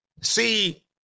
See